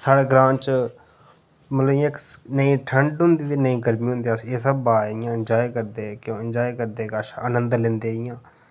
साढ़े ग्रां च मतलब इयां इक नेईं ठंड होंदी ते नेईं गर्मी होंदी अस इस स्हाबा इ'यां एन्जाय करदे के एन्जाय करदे कच्छ आनंद लैंदे इ'यां